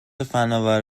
فناور